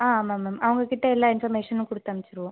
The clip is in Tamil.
ஆ ஆமாம் மேம் அவங்கக்கிட்ட எல்லா இன்ஃபர்மேஷனும் கொடுத்து அமிச்சிடுவோம்